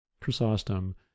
Chrysostom